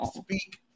speak